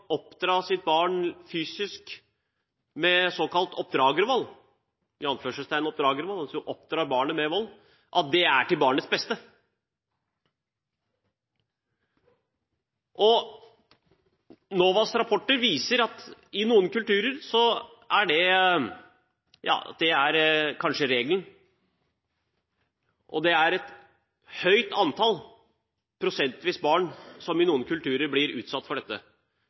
oppdra sitt barn fysisk med «oppdragervold», altså oppdra barnet med vold, er til barnets beste. NOVAs rapporter viser at i noen kulturer er det kanskje regelen. Det er et høyt antall barn, prosentvis, som i noen kulturer blir utsatt for dette.